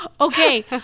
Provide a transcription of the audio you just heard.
Okay